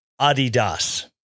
Adidas